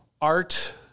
art